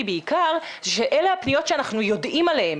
בעיקר זה שאלה הפניות שאנחנו יודעים עליהן,